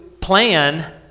plan